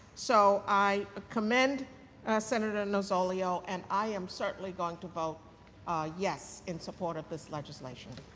so, i commend senator nozzolio and i am certainly going to vote yes in support of this legislation.